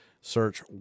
search